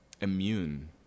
immune